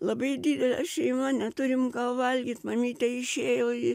labai didelė šeima neturim ką valgyt mamytė išėjo į